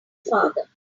father